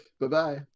Bye-bye